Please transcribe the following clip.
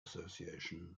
association